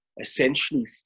essentially